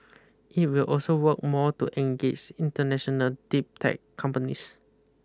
it will also work more to engage international deep tech companies